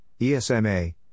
ESMA